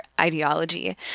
ideology